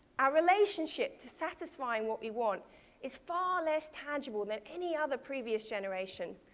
our relationship to satisfying what we want is far less tangible than any other previous generation.